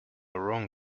wrong